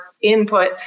input